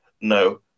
No